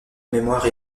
mémoire